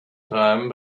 time